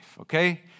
Okay